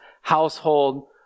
household